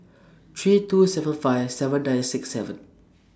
three two seven five seven nine six seven